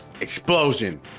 Explosion